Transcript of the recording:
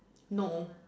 no